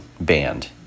band